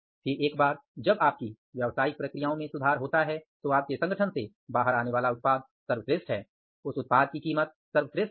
फिर एक बार जब आपकी व्यावसायिक प्रक्रियाओं में सुधार होता है तो आपके संगठन से बाहर आने वाला उत्पाद सर्वश्रेष्ठ है उस उत्पाद की कीमत सर्वश्रेष्ठ है